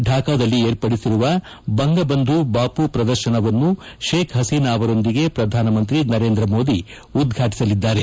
ಢಾಕಾದಲ್ಲಿ ಏರ್ಪಡಿಸಿರುವ ಬಂಗಬಂಧು ಬಾಪೂ ಶ್ರದರ್ಶನವನ್ನು ಶೇಕ್ ಹಸೀನಾ ಅವರೊಂದಿಗೆ ಶ್ರಧಾನಮಂತ್ರಿ ನರೇಂದ್ರ ಮೋದಿ ಉದ್ಘಾಟಸಲಿದ್ದಾರೆ